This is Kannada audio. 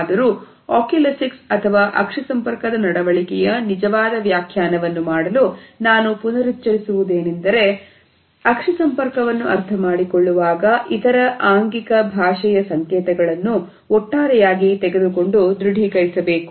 ಆದರೂ ಅಕ್ಯುಲೆಸಿಕ್ಸ್ ಅಥವಾ ಅಕ್ಷಿ ಸಂಪರ್ಕದ ನಡವಳಿಕೆಯ ನಿಜವಾದ ವ್ಯಾಖ್ಯಾನವನ್ನು ಮಾಡಲು ನಾನು ಪುನರುಚ್ಚರಿಸುವುದೇನೆಂದರೆ ಅಕ್ಷಿ ಸಂಪರ್ಕವನ್ನು ಅರ್ಥಮಾಡಿಕೊಳ್ಳುವಾಗ ಇತರ ಆಂಗಿಕ ಭಾಷೆಯ ಸಂಕೇತಗಳನ್ನು ಒಟ್ಟಾರೆಯಾಗಿ ತೆಗೆದುಕೊಂಡು ದೃಢೀಕರಿಸಬೇಕು